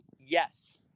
yes